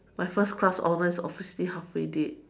my first class honour is officially halfway dead